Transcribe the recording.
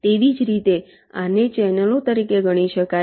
તેવી જ રીતે આને ચેનલો તરીકે ગણી શકાય